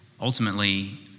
ultimately